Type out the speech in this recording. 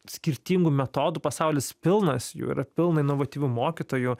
skirtingų metodų pasaulis pilnas jų ir pilna inovatyvių mokytojų